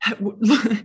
look